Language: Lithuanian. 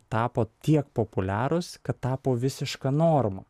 tapo tiek populiarūs kad tapo visiška norma